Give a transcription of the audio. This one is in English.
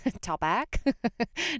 Topic